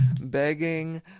begging